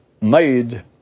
made